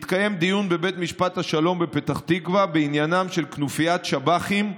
התקיים דיון בבית משפט השלום בפתח תקווה בעניינה של כנופיית שב"חים,